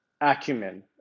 acumen